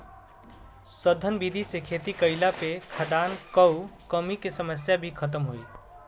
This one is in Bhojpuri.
सघन विधि से खेती कईला पे खाद्यान कअ कमी के समस्या भी खतम होई